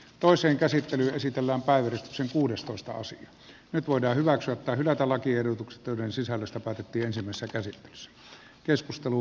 toisen käsittely esitellään päivystyksen kuudestoistaosan nyt voidaan hyväksyä tai hylätä lakiehdotukset joiden sisällöstä päätettiin ensimmäisessä käsittelyssä